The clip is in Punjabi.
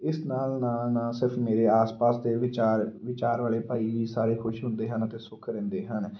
ਇਸ ਨਾਲ ਨਾਲ ਨਾ ਸਿਰਫ਼ ਮੇਰੇ ਆਸ ਪਾਸ ਦੇ ਵਿਚਾਰ ਵਿਚਾਰ ਵਾਲੇ ਭਾਈ ਵੀ ਸਾਰੇ ਖੁਸ਼ ਹੁੰਦੇ ਹਨ ਅਤੇ ਸੁੱਖ ਰਹਿੰਦੇ ਹਨ